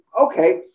Okay